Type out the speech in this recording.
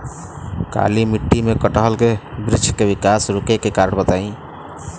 काली मिट्टी में कटहल के बृच्छ के विकास रुके के कारण बताई?